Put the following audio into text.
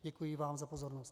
Děkuji vám za pozornost.